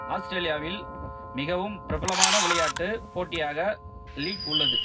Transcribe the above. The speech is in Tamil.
ஆஸ்திரேலியாவில் மிகவும் பிரபலமான விளையாட்டு போட்டியாக லீக் உள்ளது